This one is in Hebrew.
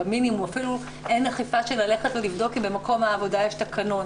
אפילו אין אכיפה של ללכת ולבדוק האם במקום העבודה יש תקנון.